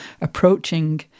approaching